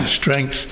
strength